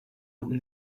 open